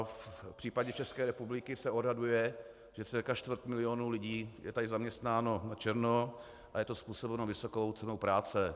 V případě České republiky se odhaduje, že cca čtvrt milionu lidí je tady zaměstnáno načerno a je to způsobeno vysokou cenou práce.